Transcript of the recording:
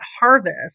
harvest